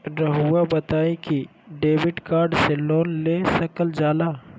रहुआ बताइं कि डेबिट कार्ड से लोन ले सकल जाला?